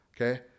Okay